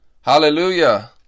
Hallelujah